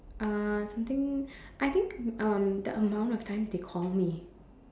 uh something I think um the amount of times they call me